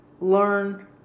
learn